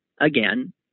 again